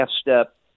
step